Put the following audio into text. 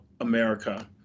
America